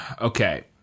Okay